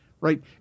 Right